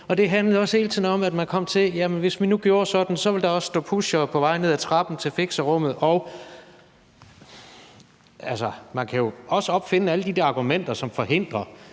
og det handlede også hele tiden om noget, hvor man kom frem til: Jamen hvis nu vi gjorde sådan, så ville der også stå pushere på vej ned ad trappen til fixerummet osv. Altså, man kan jo også opfinde alle de der argumenter, som forhindrer